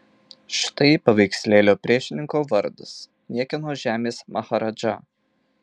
štai paveikslėlio priešininko vardas niekieno žemės maharadža